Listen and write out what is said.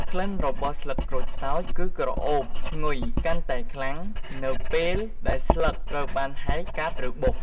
ក្លិនរបស់ស្លឹកក្រូចសើចគឺក្រអូបឈ្ងុយកាន់តែខ្លាំង នៅពេលដែលស្លឹកត្រូវបានហែក កាត់ ឬបុក។